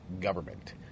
government